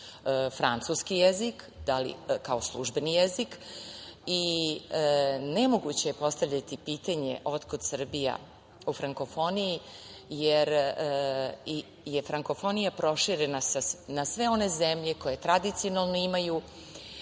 francuski jezik, kao službeni jezik. Nemoguće je postaviti pitanje odkud Srbija u frankofoniji, jer je frankofonija proširena na sve one zemlje koje tradicionalno imaju,